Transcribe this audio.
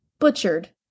Butchered